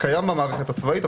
קיים במערכת הצבאית.